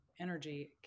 energy